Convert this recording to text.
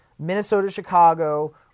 Minnesota-Chicago